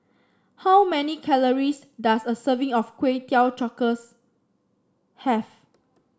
how many calories does a serving of Kway Teow Cockles have